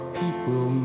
people